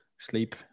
Sleep